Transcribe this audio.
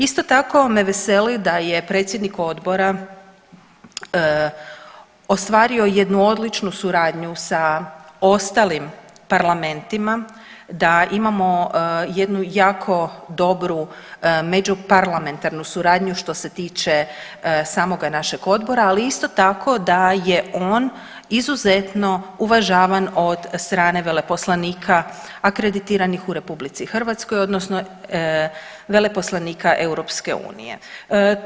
Isto tako me veseli da je predsjednik Odbora ostvario jednu odličnu suradnju sa ostalim parlamentima, da imamo jednu jako dobru međuparlamentarnu suradnju što se tiče samoga našeg Odbora, ali isto tako da je on izuzetno uvažavan od strane veleposlanika akreditiranih u Republici Hrvatskoj odnosno veleposlanika Europske unije.